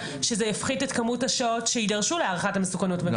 שזה יפחית את כמות השעות שיידרשו להערכת המסוכנות במקרה כזה.